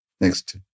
Next